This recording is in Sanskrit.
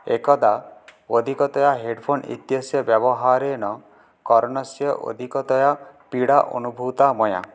एकदा अधिततया हेडफ़ोन् इत्यस्य व्यवहारेण कर्णस्य अधिकतया पीडा अनुभूता मया